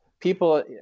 People